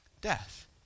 Death